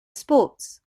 sports